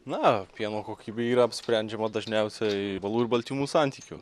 na pieno kokybė yra apsprendžiama dažniausiai riebalų ir baltymų santykiu